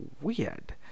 weird